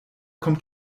kommt